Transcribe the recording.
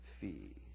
fee